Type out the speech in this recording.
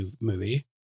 movie